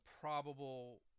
probable